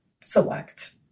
select